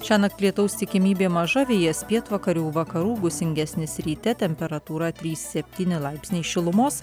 šiąnakt lietaus tikimybė maža vėjas pietvakarių vakarų gūsingesnis ryte temperatūra trys septyni laipsniai šilumos